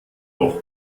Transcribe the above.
doch